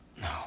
No